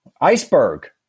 Iceberg